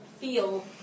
feel